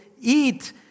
eat